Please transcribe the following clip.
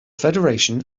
federation